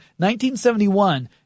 1971